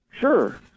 Sure